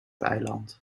eiland